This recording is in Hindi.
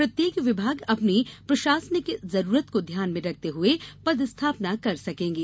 प्रत्येक विभाग अपनी प्रशासनिक जरूरत को ध्यान में रखते हुए पदस्थापना कर सकेंगे